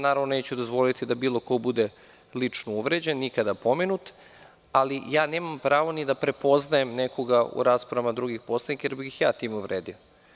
Naravno, neću dozvoliti da bilo ko bude lično uvređen, nikada pomenut, ali nemam pravo ni da prepoznajem nekoga u raspravama drugih poslanika jer bih ja time uvredio.